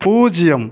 பூஜ்ஜியம்